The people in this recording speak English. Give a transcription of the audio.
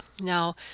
Now